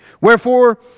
Wherefore